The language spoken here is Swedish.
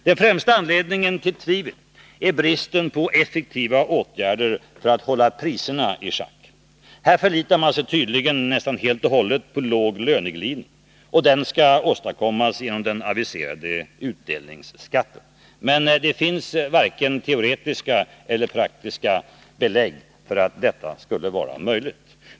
Den främsta anledningen till tvivel är bristen på effektiva åtgärder för att hålla priserna i schack. Här förlitar man sig tydligen nästan helt på en låg löneglidning. Den skall åstadkommas genom den aviserade utdelningsskatten. Men det finns varken teoretiska eller praktiska belägg för att detta skulle vara möjligt.